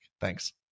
Thanks